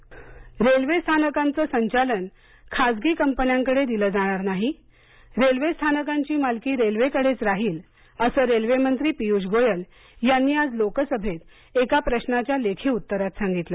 संसद रेल्वे स्थानकांचं संचालन खासगी कंपन्याकडे दिलं जाणार नाही रेल्वे स्थानकांची मालकी रेल्वेकडेच राहील असं रेल्वे मंत्री पियुष गोयल यांनी आज लोकसभेत एक प्रशाच्या लेखी उत्तरात सांगितलं